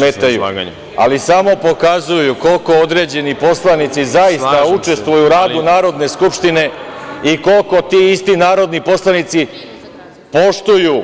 Meni gusle ne smetaju, ali samo pokazuju koliko određeni poslanici zaista učestvuju u radu Narodne skupštine i koliko ti isti narodni poslanici poštuju,